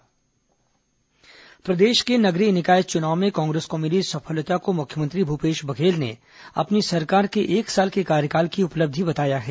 मुख्यमंत्री राजनांदगांव दुर्ग प्रदेश के नगरीय निकाय चुनाव में कांग्रेस को मिली सफलता को मुख्यमंत्री भूपेश बघेल ने अपनी सरकार के एक साल के कार्यकाल की उपलब्धि बताया है